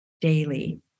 daily